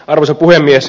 arvoisa puhemies